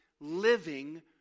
living